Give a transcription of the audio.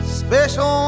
special